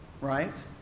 right